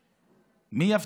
מס'